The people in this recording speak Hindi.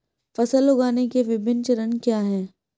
फसल उगाने के विभिन्न चरण क्या हैं?